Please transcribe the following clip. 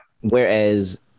Whereas